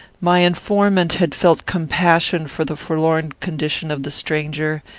my informant had felt compassion for the forlorn condition of the stranger,